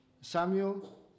Samuel